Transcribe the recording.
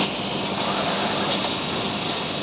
गरेरिया भेरा चराबै लेल जंगल लए जाइ छै